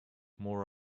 more